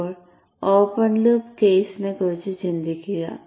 ഇപ്പോൾ open loop കേസിനെക്കുറിച്ച് ചിന്തിക്കുക